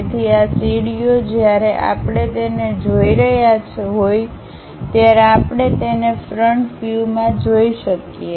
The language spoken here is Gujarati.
તેથી આ સીડીઓ જ્યારે આપણે તેને જોઈ રહ્યા હોય ત્યારે આપણે તેને ફ્રન્ટના વ્યૂ માં જોઈ શકીએ